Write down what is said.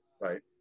right